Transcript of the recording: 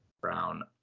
Brown